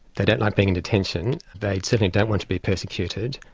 they don't like being in detention, they certainly don't want to be persecuted,